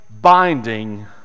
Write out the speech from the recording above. binding